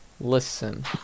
Listen